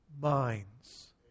minds